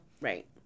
Right